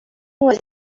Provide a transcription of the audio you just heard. was